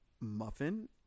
muffin